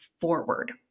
forward